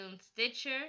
Stitcher